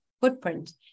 footprint